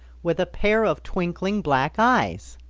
with a pair of twinkling black eyes.